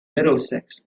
middlesex